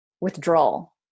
withdrawal